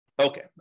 Okay